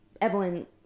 Evelyn